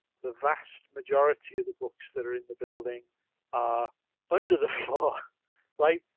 the vast majority of the books that are in the building are under the floor right.